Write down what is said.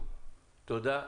תודה.